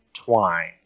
Twine